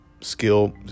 skill